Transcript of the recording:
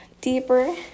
deeper